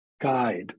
guide